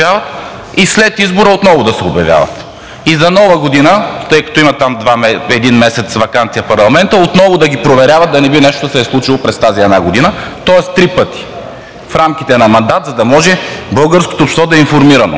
и след избора отново да се обявяват. И за Нова година, тъй като парламентът има там един месец ваканция, отново да ги проверяват, да не би нещо да се е случило през тази една година – тоест три пъти в рамките на мандат, за да може българското общество да е информирано,